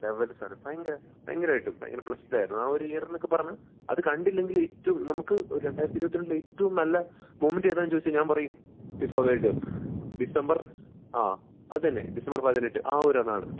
level സാധനം ഭയങ്കരം ഭയങ്കരമായിട്ടും ഭയങ്കരം ബ്ലെസ്ഡായിരുന്നു ആ ഒരു ഇയർ എന്നൊക്കെ പറഞ്ഞാല് അത് കണ്ടില്ലെങ്കിൽ ഏറ്റവും നമുക്ക് രണ്ടായിരത്തി ഇരുപത്തിരണ്ടിലെ ഏറ്റവും നല്ല മൊമെൻ്റ് ഏതാണെന്ന് ചോദിച്ചാല് ഞാന് പറയും ഫിഫ വേൾഡ് കപ്പ് ഡിസംബർ ആ അതുതന്നെ ഡിസംബർ പതിനെട്ട് ആ ഒരുന്നാള്